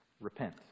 repent